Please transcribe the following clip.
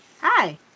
Hi